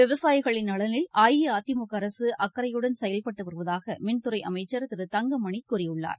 விவசாயிகளின் நலனில் அஇஅதிமுகஅரகஅக்கறையுடன் செயல்பட்டுவருவதாகமின்துறைஅமைச்சர் திரு தங்கமனிகூறியுள்ளார்